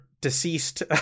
deceased